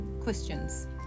questions